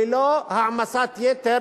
ללא העמסת יתר